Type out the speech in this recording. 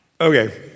Okay